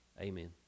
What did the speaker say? amen